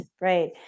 right